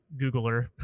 Googler